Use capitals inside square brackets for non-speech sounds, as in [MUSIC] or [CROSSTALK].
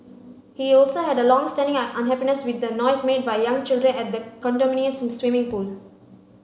he also had a long standing [UNINTELLIGIBLE] unhappiness with the noise made by young children at the condominium's swimming pool